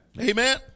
Amen